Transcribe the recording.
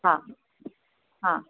हा हा